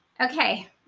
Okay